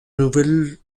nouvelles